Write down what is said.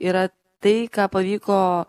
yra tai ką pavyko